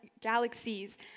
galaxies